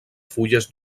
fulles